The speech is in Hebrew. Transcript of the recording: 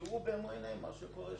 שתראה במו עיניה מה שקורה שם.